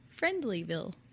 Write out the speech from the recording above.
Friendlyville